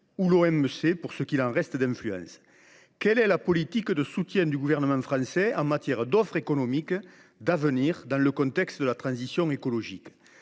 ou l’OMC, pour ce qui lui reste d’influence. Quelle est la politique de soutien du Gouvernement français en matière d’offre économique d’avenir dans le contexte de la transition écologique ?